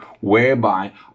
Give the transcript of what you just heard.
Whereby